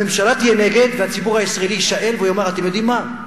הממשלה תהיה נגד והציבור הישראלי יישאל והוא יאמר: אתם יודעים מה,